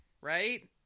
right